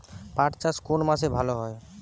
পাট চাষ কোন মাসে ভালো হয়?